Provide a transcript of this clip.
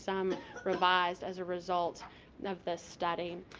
some revised as a result of this study.